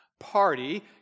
party